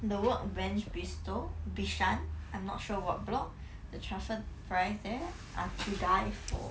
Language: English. the workbench bistro bishan I'm not sure what block the truffle fries there are to die for